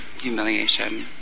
humiliation